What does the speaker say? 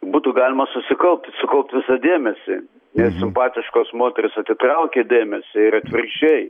būtų galima susikaupt sukaupt visą dėmesį ir simpatiškos moterys atitraukia dėmesį ir atvirkščiai